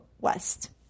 west